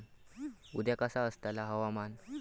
उद्या कसा आसतला हवामान?